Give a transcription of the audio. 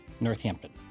Northampton